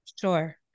Sure